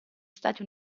stati